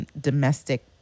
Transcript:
domestic